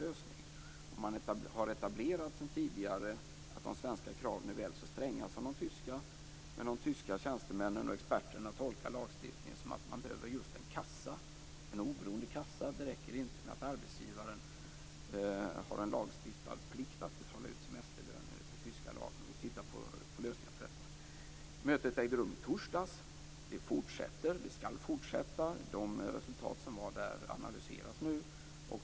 Det är sedan tidigare etablerat att de svenska kraven är väl så stränga som de tyska, men de tyska tjänstemännen och experterna tolkar lagstiftningen så att det behövs en oberoende kassa. Det räcker inte med att arbetsgivaren har en lagstiftad plikt att betala ut semesterlön enligt den tyska lagen. Vi tittar på lösningar på detta. Mötet ägde rum i torsdags. Det skall fortsätta. De resultat som kom fram där analyseras nu.